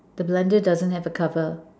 the blender doesn't have a cover